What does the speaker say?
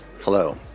Hello